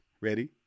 Ready